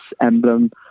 emblem